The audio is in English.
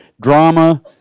drama